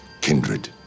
kindred